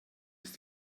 ist